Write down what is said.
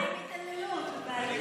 מה עם התעללות בבעלי חיים?